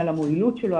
על היעילות שלו,